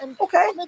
Okay